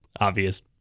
obvious